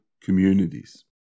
communities